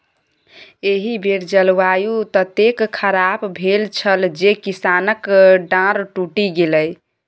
एहि बेर जलवायु ततेक खराप भेल छल जे किसानक डांर टुटि गेलै